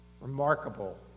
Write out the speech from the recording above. Remarkable